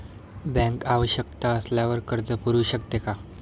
Bank आवश्यकता असल्यावर कर्ज पुरवू शकते का?